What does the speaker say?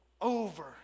over